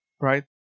right